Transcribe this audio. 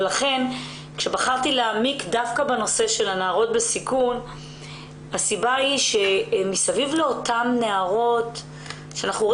בחרתי להעמיק דווקא בנושא של הנערות בסיכון מפני שמאחורי אותן נערות יש